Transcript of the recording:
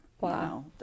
Wow